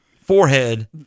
forehead